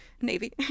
Navy